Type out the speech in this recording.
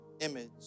image